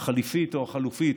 החליפית או החלופית,